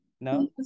No